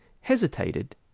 hesitated